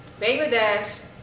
Bangladesh